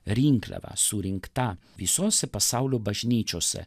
rinkliava surinkta visose pasaulio bažnyčiose